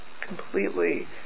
completely